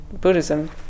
Buddhism